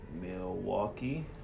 Milwaukee